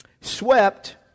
swept